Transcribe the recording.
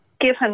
given